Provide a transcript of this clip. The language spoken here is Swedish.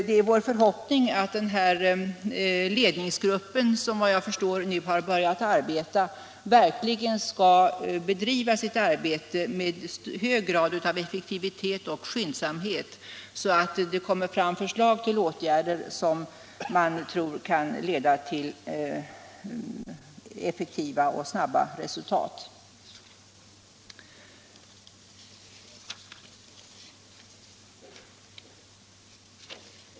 Det är vår förhoppning att ledningsgruppen, som efter vad jag förstår nu har börjat arbeta, verkligen skall bedriva sitt arbete med hög grad av effektivitet och skyndsamhet, så att det kommer fram förslag till åtgärder som man tror kan bli effektiva och leda till snabba resultat.